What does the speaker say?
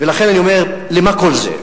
ולכן אני אומר: למה כל זה?